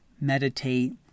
meditate